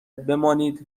بمانید